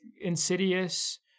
Insidious